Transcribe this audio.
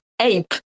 Ape